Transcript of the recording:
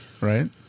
right